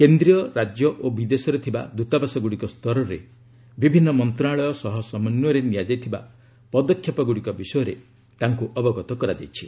କେନ୍ଦ୍ରୀୟ ରାଜ୍ୟ ଓ ବିଦେଶରେ ଥିବା ଦୂତାବାସଗୁଡ଼ିକ ସ୍ତରରେ ବିଭିନ୍ନ ମନ୍ତ୍ରଣାଳୟ ସହ ସମନ୍ୱୟରେ ନିଆଯାଇଥିବା ପଦକ୍ଷେପଗୁଡ଼ିକ ବିଷୟରେ ତାଙ୍କୁ ଅବଗତ କରାଯାଇଛି